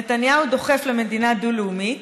נתניהו דוחף למדינה דו-לאומית,